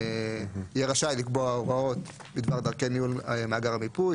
יהיה רשאי לקבוע הוראות בדבר דרכי ניהול מאגר המיפוי,